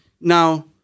Now